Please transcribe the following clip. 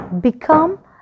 become